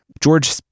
George